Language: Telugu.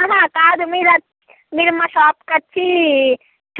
ఆహా కాదు మీరు వచ్చి మీరు మా షోప్కి వచ్చి